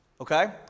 okay